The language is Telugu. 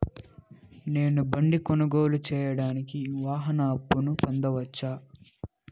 నేను బండి కొనుగోలు సేయడానికి వాహన అప్పును పొందవచ్చా?